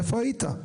איפה היית?